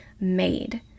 made